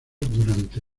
durante